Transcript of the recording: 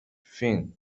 فین